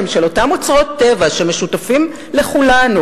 של אותם אוצרות טבע שמשותפים לכולנו,